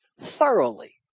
thoroughly